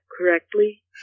correctly